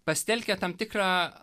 pasitelkia tam tikrą